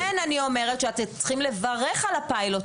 ולכן אני אומרת שאתם צריכים לברך על הפיילוט